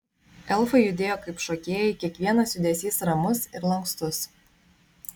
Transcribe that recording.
elfai judėjo kaip šokėjai kiekvienas judesys ramus ir lankstus